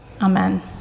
Amen